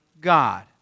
God